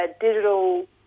digital